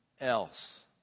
else